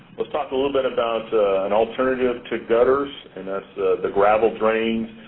let's talk a little bit about an alternative to gutters, and that's the gravel drains.